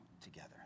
together